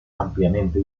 ampliamente